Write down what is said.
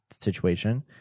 situation